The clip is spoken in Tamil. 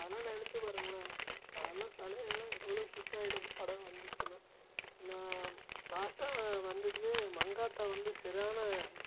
அதெல்லாம் நினச்சி பாருங்களேன் அதெல்லாம் தலையெல்லாம் எவ்வளோ ஹிட் ஆயிடும் படம் வந்துச்சுன்னா நான் லாஸ்ட்டாக வ வந்ததுலேயே மங்காத்தா வந்து சரியான